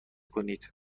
کنید